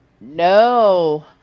No